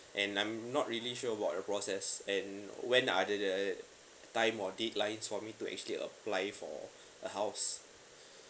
and I'm not really sure what are the process and when are the the time or date like for me to actually apply for a house